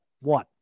One